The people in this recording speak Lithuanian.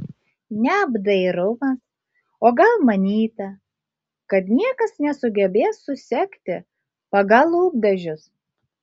neapdairumas o gal manyta kad niekas nesugebės susekti pagal lūpdažius